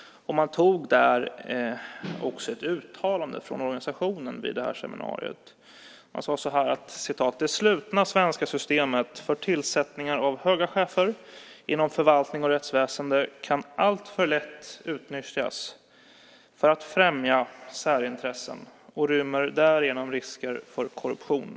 Man gjorde ett uttalande från organisationen vid seminariet. Man sade så här: Det slutna svenska systemet för tillsättningar av höga chefer inom förvaltning och rättsväsende kan alltför lätt utnyttjas för att främja särintressen och rymmer därigenom risker för korruption.